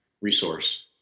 resource